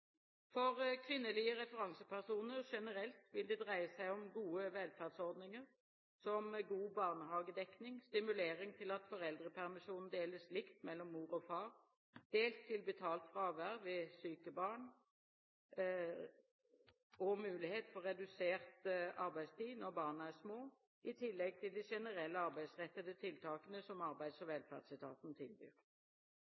For kvinnelige referansepersoner generelt vil det dreie seg om gode velferdsordninger, som god barnehagedekning, stimulering til at foreldrepermisjonen deles likt mellom mor og far, rett til betalt fravær ved syke barn og mulighet for redusert arbeidstid når barna er små, i tillegg til de generelle arbeidsrettede tiltakene som Arbeids- og